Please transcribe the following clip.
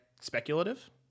Speculative